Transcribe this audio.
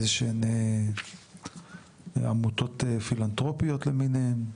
איזשהן עמותות פילנטרופיות למיניהן?